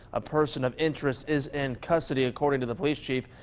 a person of interest is in custody according to the police chief.